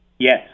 Yes